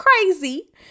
crazy